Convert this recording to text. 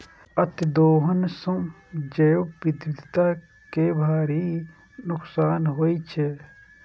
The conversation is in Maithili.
अतिदोहन सं जैव विविधता कें भारी नुकसान होइ छै